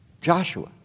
Joshua